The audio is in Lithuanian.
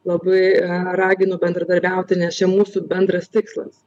labai raginu bendradarbiauti nes čia mūsų bendras tikslas